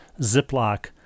Ziploc